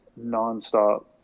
nonstop